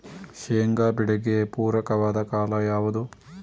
ಶೇಂಗಾ ಬೆಳೆಗೆ ಪೂರಕವಾದ ಕಾಲ ಯಾವುದು?